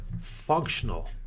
Functional